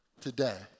today